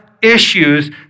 Issues